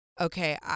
Okay